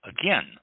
again